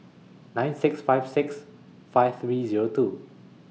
nine six five six five three Zero two